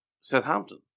Southampton